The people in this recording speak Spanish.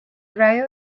radio